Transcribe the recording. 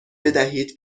بدهید